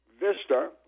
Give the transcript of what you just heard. Vista